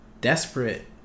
desperate